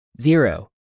zero